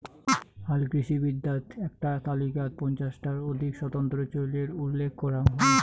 হালকৃষি বনবিদ্যাত এ্যাকটা তালিকাত পঞ্চাশ টার অধিক স্বতন্ত্র চইলের উল্লেখ করাং হই